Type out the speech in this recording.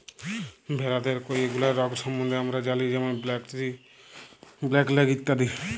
ভেরাদের কয়ে গুলা রগ সম্বন্ধে হামরা জালি যেরম ব্র্যাক্সি, ব্ল্যাক লেগ ইত্যাদি